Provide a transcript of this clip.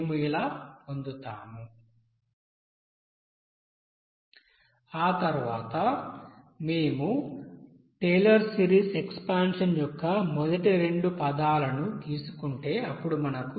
మేము ఇలా పొందుతాము ఆ తర్వాత మేము టేలర్ సిరీస్ ఎక్సపాన్షన్ యొక్క మొదటి రెండు పదాలను తీసుకుంటే అప్పుడు మనకు